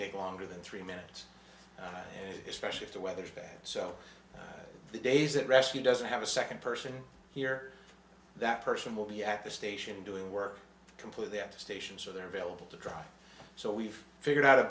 take longer than three minutes especially if the weather is bad so the days that rescue doesn't have a second person here that person will be at the station doing work completely at the station so they're available to drop so we've figured out a